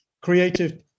creative